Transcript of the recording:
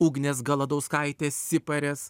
ugnės galadauskaitės siparės